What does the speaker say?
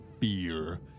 fear